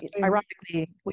ironically